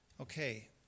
Okay